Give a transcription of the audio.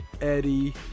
eddie